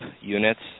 units